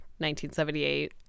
1978